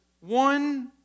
one